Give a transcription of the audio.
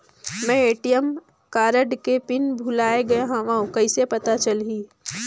मैं ATM card के pin भुलाए गे हववं कइसे पता चलही?